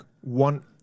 one